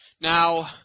Now